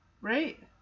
right